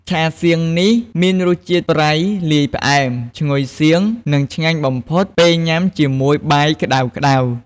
ឆាសៀងនេះ មានរសជាតិប្រៃលាយផ្អែម ឈ្ងុយសៀង និងឆ្ងាញ់បំផុតពេលញ៉ាំជាមួយបាយក្តៅៗ។